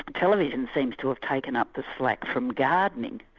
ah television seems to have taken up the slack from gardening.